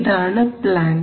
ഇതാണ് പ്ലാൻറ്